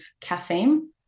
caffeine